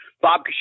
Bob